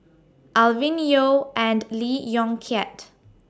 Alvin Yeo and Lee Yong Kiat